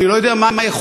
אני לא יודע מה היכולת,